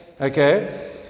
Okay